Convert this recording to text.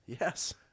Yes